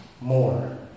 more